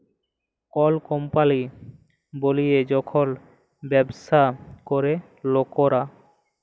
call কম্পলি বলিয়ে যখল ব্যবসা ক্যরে লকরা